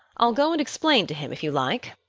i'll go and explain to him if you like.